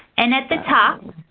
and at the top,